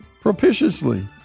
propitiously